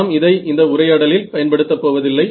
நாம் இதை இந்த உரையாடலில் பயன்படுத்தப் போவதில்லை